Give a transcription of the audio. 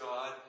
God